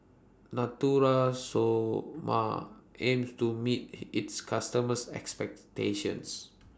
Natura Stoma aims to meet its customers' expectations